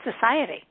society